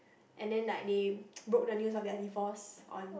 and then like they broke the news of their divorce on